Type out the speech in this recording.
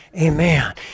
Amen